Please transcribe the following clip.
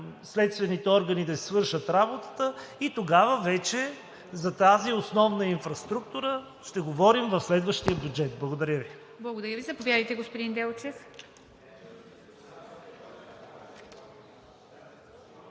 следствените органи да си свършат работата и тогава вече за тази основна инфраструктура ще говорим в следващия бюджет. Благодаря Ви. ПРЕДСЕДАТЕЛ ИВА МИТЕВА: Благодаря Ви. Заповядайте, господин Делчев.